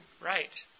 right